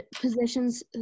positions